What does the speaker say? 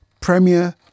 Premier